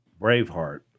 Braveheart